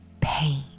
pain